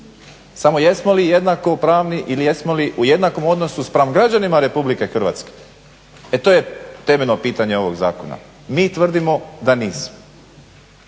Samo jesmo li jednakopravni ili jesmo li u jednakom odnosu spram građana RH? E to je temeljno pitanje ovog zakona. Mi tvrdimo da nismo